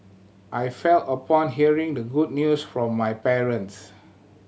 I felt upon hearing the good news from my parents